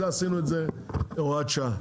לכן עשינו את זה הוראת שעה.